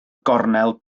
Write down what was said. gornel